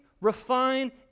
refine